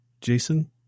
Jason